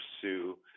pursue